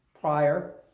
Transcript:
prior